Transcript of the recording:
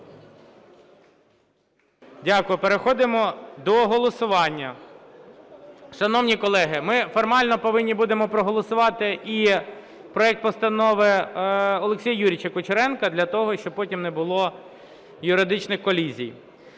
Дякую. Переходимо до голосування. Шановні колеги, ми формально повинні будемо проголосувати і проект постанови Олексія Юрійовича Кучеренка для того, щоб потім не було юридичних колізій.